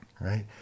Right